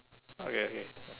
okay okay